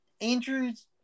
Andrew's